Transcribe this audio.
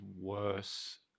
worse